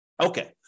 Okay